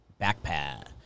backpack